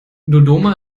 dodoma